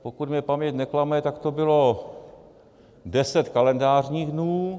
Pokud mě paměť neklame, tak to bylo deset kalendářních dnů.